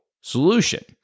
solution